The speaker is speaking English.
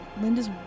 Linda's